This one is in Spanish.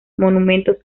monumentos